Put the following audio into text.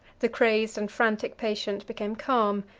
the crazed and frantic patient became calm.